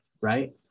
right